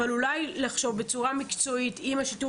אבל אולי לחשוב בצורה מקצועית עם השיטור